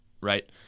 right